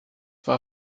war